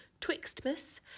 Twixtmas